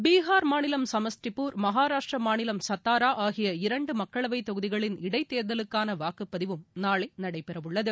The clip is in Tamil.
பீகார் மாநிலம் சமஷ்டிபூர் மகாராஷ்டிரமாநிலம் சத்தாராஆகிய இரண்டுமக்களவைதொகுதிகளின் இடைத்தேர்தலுக்கானவாக்குப்பதிவும் நாளைநடைபெறஉள்ளது